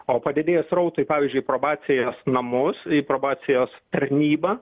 o padidėjus srautui pavyzdžiui į probacijos namus į probacijos tarnybą